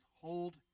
Hold